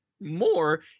more